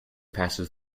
passes